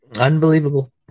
Unbelievable